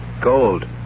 Gold